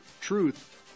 truth